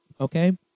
okay